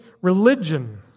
religion